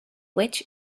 which